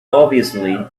obviously